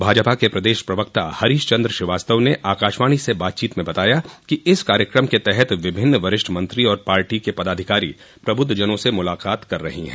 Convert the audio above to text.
भाजपा के प्रदेश प्रवक्ता हरीश चन्द्र श्रीवास्तव ने आकाशवाणी से बातचीत में बताया कि इस कार्यक्रम के तहत विभिन्न वरिष्ठ मंत्री और पार्टी के पदाधिकारी प्रबुद्धजनों से मुलाकात कर रहे हैं